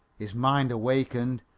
his mind awakened,